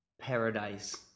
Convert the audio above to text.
paradise